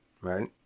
Right